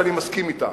שאני מסכים אתן.